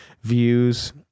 views